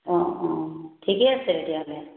অঁ অঁ ঠিকে আছে তেতিয়া হ'লে